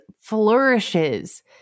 flourishes